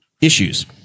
issues